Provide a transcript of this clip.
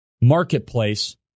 marketplace